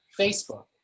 Facebook